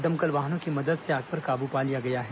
दमकल वाहनों की मंदद से आग पर काबू पा लिया गया है